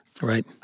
Right